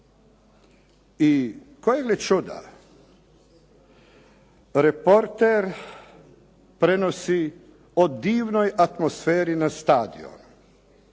i kojeg li čuda reporter prenosi o divnoj atmosferi na stadioni